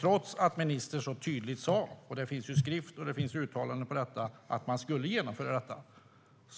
Trots att ministern så tydligt sa, och det finns både i skrift och i uttalanden, att man skulle genomföra detta